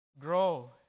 grow